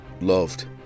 loved